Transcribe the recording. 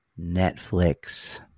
Netflix